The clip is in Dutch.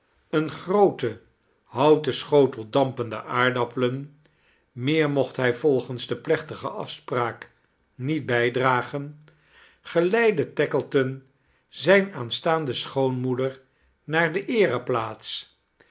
een grooten houten schotel dampende aardappelen meer mocht hij volgens de plechtige afspraak niet bijdragen geleidde tackleton zijne aanstaande schoonmoeder naar de